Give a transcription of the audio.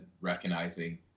recognizing